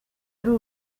ari